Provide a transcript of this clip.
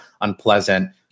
unpleasant